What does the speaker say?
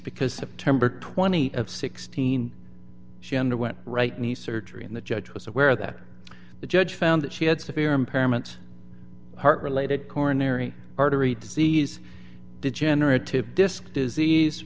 because september th sixteen she underwent right knee surgery and the judge was aware that the judge found that she had severe impairment heart related coronary artery disease degenerative disc disease